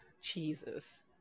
Jesus